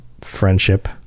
friendship